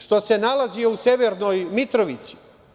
Što se nalazi u Severnoj Mitrovici.